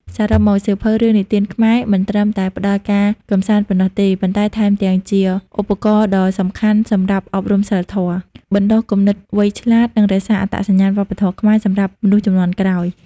សរុបមក សៀវភៅរឿងនិទានខ្មែរ មិនត្រឹមតែផ្ដល់ការកម្សាន្តប៉ុណ្ណោះទេ ប៉ុន្តែថែមទាំងជាឧបករណ៍ដ៏សំខាន់សម្រាប់ អប់រំសីលធម៌ បណ្ដុះគំនិតវៃឆ្លាត និង រក្សាអត្តសញ្ញាណវប្បធម៌ខ្មែរ សម្រាប់មនុស្សជំនាន់ក្រោយ។